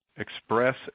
express